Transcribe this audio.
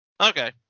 Okay